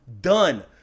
done